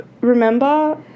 remember